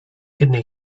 jednej